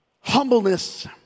Humbleness